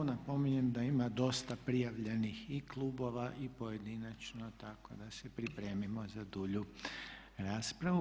Napominjem da ima dosta prijavljenih i klubova i pojedinačno, tako da se pripremimo za dulju raspravu.